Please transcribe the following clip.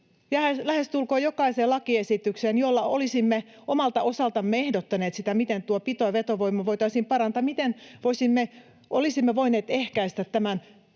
lähestulkoon jokaisella lakiesityksellä, jolla olisimme omalta osaltamme ehdottaneet sitä, miten tuota pito- ja vetovoimaa voitaisiin parantaa, olisimme voineet ehkäistä tämän